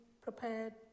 prepared